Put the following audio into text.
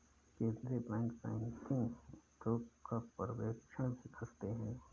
केन्द्रीय bank banking उद्योग का पर्यवेक्षण भी करते हैं